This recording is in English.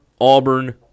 Auburn